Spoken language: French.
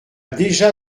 déjà